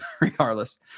regardless